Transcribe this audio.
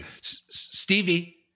Stevie